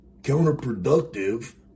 counterproductive